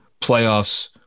playoffs